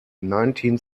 nineteen